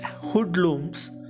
hoodlums